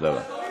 תודה רבה לך.